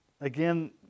again